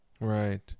Right